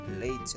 later